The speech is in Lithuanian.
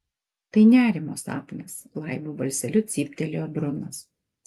tai nerimo sapnas laibu balseliu cyptelėjo brunas